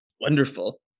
Wonderful